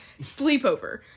Sleepover